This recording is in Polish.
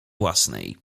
własnej